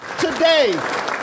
Today